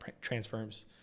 transfers